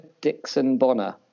Dixon-Bonner